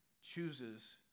chooses